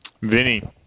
Vinny